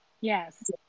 Yes